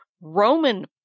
Roman